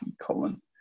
colon